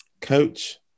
Coach